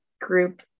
group